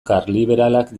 karliberalak